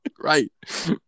Right